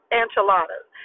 enchiladas